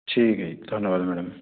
ਠੀਕ ਹੈ ਜੀ ਧੰਨਵਾਦ ਮੈਡਮ